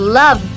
love